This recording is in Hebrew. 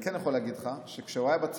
אני כן יכול להגיד לך שכאשר הוא היה בצבא,